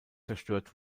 zerstört